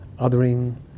othering